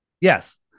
Yes